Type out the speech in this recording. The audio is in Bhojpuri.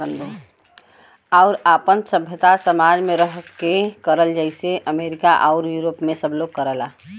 आउर आपन सभ्यता समाज मे रह के करला जइसे अमरीका आउर यूरोप मे सब लोग करला